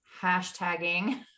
hashtagging